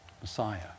Messiah